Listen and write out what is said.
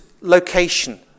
location